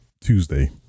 Tuesday